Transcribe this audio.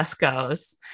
goes